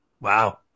wow